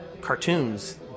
cartoons